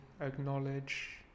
acknowledge